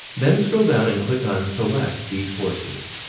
then scroll down and click on select these courses.